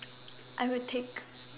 I would take